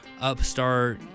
upstart